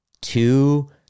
two